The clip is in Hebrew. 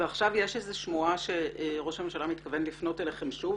ועכשיו יש איזה שמועה שראש הממשלה מתכוון לפנות אליכם שוב,